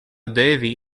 devi